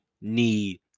need